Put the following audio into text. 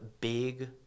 big